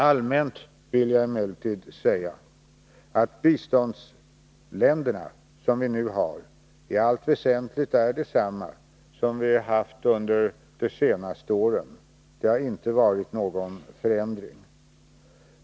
Allmänt vill jag emellertid säga att de biståndsländer som vi nu har i allt väsentligt är desamma som vi haft under de senaste åren — det har inte skett någon förändring.